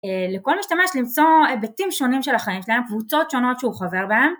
לכל משתמש למצוא היבטים שונים של החיים שלהם, קבוצות שונות שהוא חבר בהם